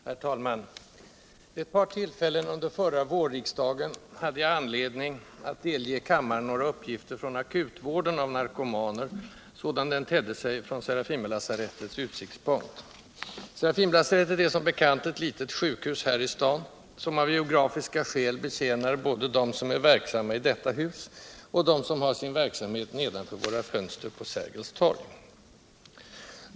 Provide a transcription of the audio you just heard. Herr talman! Vid ett par tillfällen under förra vårriksdagen hade jag anledning att delge kammaren några uppgifter från akutvården av narkomaner, sådan den tedde sig från Serafimerlasarettets utsiktspunkt. Serafimerlasarettet är som bekant ett litet sjukhus här i stan, som av geografiska skäl betjänar både dem som är verksamma i detta hus och dem som har sin verksamhet nedanför våra fönster på Sergels torg.